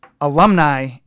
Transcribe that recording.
Alumni